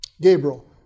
Gabriel